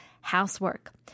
Housework